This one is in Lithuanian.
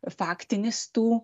faktinis tų